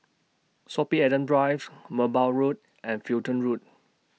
Sorby Adams Drive Merbau Road and Fulton Road